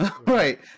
right